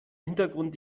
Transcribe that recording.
hintergrund